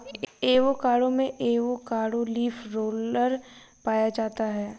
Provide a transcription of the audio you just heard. avocado में avocado leaf roller पाया जाता है